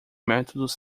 métodos